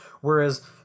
Whereas